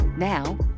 Now